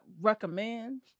recommend